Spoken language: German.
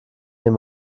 den